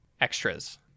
extras